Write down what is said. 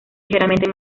ligeramente